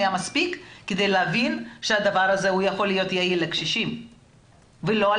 היה מספיק כדי להבין שהדבר הזה יכול להיות יעיל לקשישים ולא על